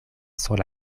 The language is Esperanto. sur